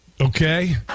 Okay